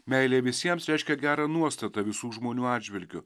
meilė visiems reiškia gerą nuostatą visų žmonių atžvilgiu